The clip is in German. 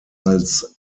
als